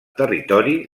territori